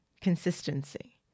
consistency